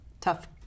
tough